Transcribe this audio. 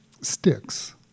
sticks